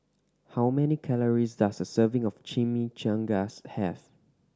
how many calories does a serving of Chimichangas have